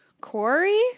Corey